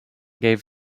gave